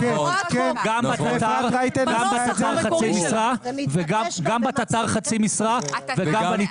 גם בתט"ר חצי משרה וגם בנצרך.